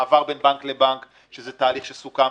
מעבר בין בנק לבנק, שזה תהליך שסוכם.